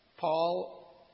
Paul